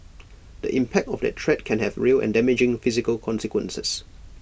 the impact of that threat can have real and damaging physical consequences